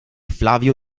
flavio